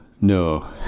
no